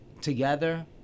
together